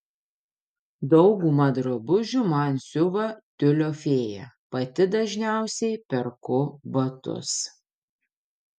daugumą drabužių man siuva tiulio fėja pati dažniausiai perku batus